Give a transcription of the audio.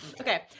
okay